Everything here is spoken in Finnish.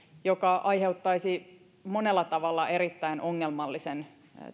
mikä aiheuttaisi monella tavalla erittäin ongelmallisen